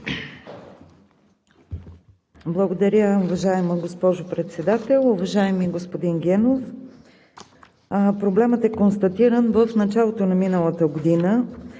Благодаря, уважаема госпожо Председател. Уважаеми господин Генов, проблемът е констатиран в началото на миналата година.